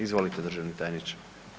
Izvolite, državni tajniče.